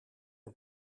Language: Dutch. een